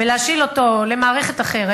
ולהשאיל אותו למערכת אחרת.